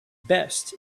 best